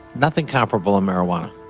nothing comparable in marijuana.